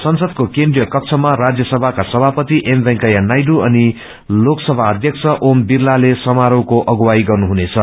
संसदको केन्द्रिय कक्षमा राज्यसभाका सभापति एम वेकैया नायडू अनि लोकसभाका अध्यक्ष ओम विरलाले समारोहको अगुवाई गर्नुहनेछ